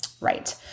Right